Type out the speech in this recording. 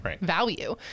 value